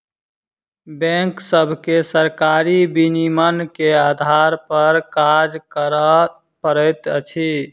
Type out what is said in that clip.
bank सभके सरकारी विनियमन के आधार पर काज करअ पड़ैत अछि